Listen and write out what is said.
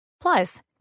Plus